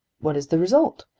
what is the result?